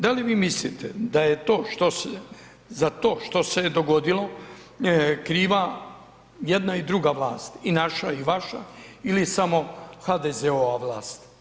Da li vi mislite da je to što, za to što se je dogodilo kriva jedna i druga vlast i naša i vaša ili je samo HDZ-ova vlast?